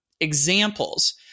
examples